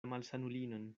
malsanulinon